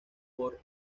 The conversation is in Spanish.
por